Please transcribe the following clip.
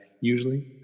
usually